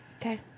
Okay